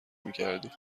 میکردید